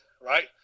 right